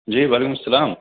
جی وعلیکم السلام